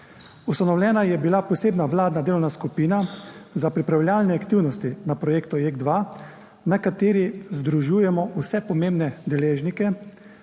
Ustanovljena je bila posebna vladna delovna skupina za pripravljalne aktivnosti na projektu JEK2, na kateri združujemo vse pomembne deležnike,